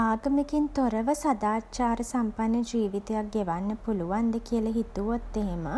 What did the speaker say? ආගමකින් තොරව සදාචාර සම්පන්න ජීවිතයක් ගෙවන්න පුලුවන්ද කියල හිතුවොත් එහෙම